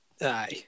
aye